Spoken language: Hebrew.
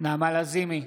נעמה לזימי,